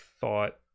thought